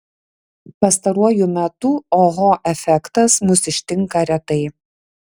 pastaruoju metu oho efektas mus ištinka retai